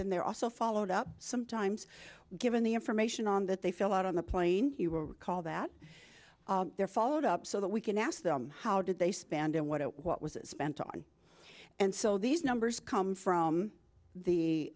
been there also followed up sometimes given the information on that they fill out on the plane call that they're followed up so that we can ask them how did they spend and what what was spent on and so these numbers come from the